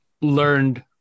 learned